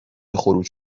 خروج